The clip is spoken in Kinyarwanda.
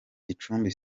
gicumbi